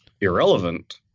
irrelevant